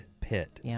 pit